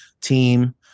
team